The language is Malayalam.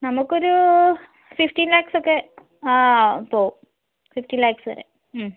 നമുക്കൊരു സിക്സ്റ്റീൻ ലാക്സ് ഒക്കെ ആ പോവും സിക്സ്റ്റീൻ ലാക്സ് വരെ മ്